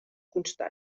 constant